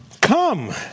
Come